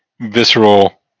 visceral